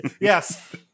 Yes